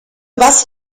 basso